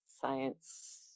science